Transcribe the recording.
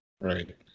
Right